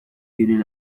union